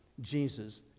Jesus